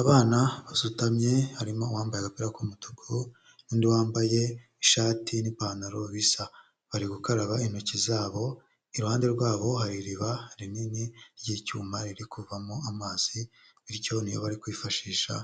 Abana basutamye harimo uwambaye agapira k'umutuku, n'undi wambaye ishati n'ipantaro bisa, bari gukaraba intoki zabo, iruhande rwabo hari iriba rinini ry'icyuma riri kuvamo amazi, bityo niyo bari kwifashisha